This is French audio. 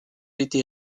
encore